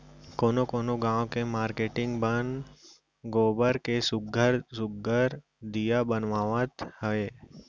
कोनो कोनो गाँव के मारकेटिंग मन गोबर के सुग्घर सुघ्घर दीया बनावत हे